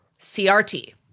CRT